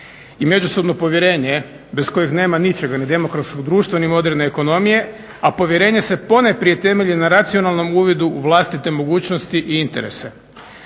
i međusobno povjerenje bez kojeg nema ničega, ni demokratskog društva ni moderne ekonomije a povjerenje se ponajprije temelji na racionalnom uvidu u vlastite mogućnosti i interese.